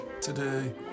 today